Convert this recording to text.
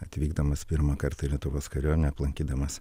atvykdamas pirmą kartą į lietuvos kariuomenę aplankydamas